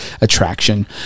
attraction